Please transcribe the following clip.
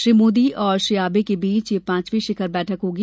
श्री मोदी और श्री आबे के बीच यह पांचवी शिखर बैठक होगी